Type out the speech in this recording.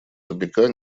тупика